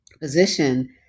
position